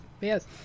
Yes